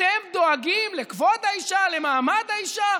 אתם דואגים לכבוד האישה, למעמד האישה?